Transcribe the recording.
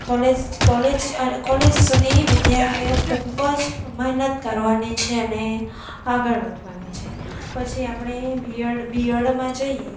college college college સુધી વિદ્યાર્થીઓએ ખૂબ જ મહેનત કરવાની છે અને આગળ વધવાનું છે પછી આપણે બીએડ બીઅડમાં જઈએ